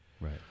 Right